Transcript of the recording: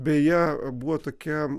beje buvo tokia